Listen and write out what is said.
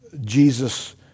Jesus